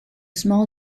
small